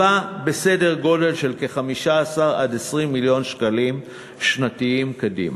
בסדר-גודל של 15 20 מיליון שקלים שנתיים קדימה.